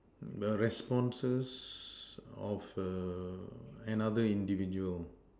the responses of a another individual